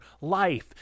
life